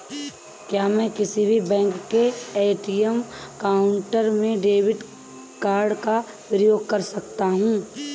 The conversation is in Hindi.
क्या मैं किसी भी बैंक के ए.टी.एम काउंटर में डेबिट कार्ड का उपयोग कर सकता हूं?